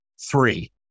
three